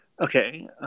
Okay